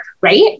Right